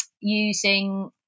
using